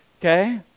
Okay